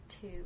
two